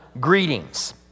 greetings